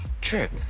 Trip